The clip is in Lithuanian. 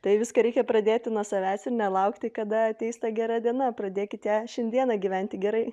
tai viską reikia pradėti nuo savęs ir nelaukti kada ateis ta gera diena pradėkit ją šiandieną gyventi gerai